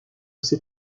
ces